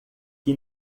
que